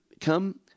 come